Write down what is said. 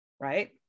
right